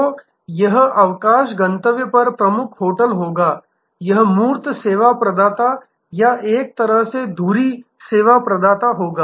तो यह अवकाश गंतव्य पर प्रमुख होटल होगा यह मूल सेवा प्रदाता या एक तरह से घुरी सेवा प्रदाता होगा